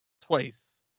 twice